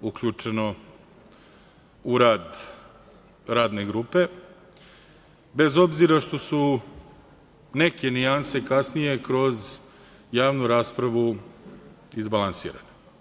uključeno u rad Radne grupe, bez obzira što su neke nijanse kasnije kroz javnu raspravu izbalansirane.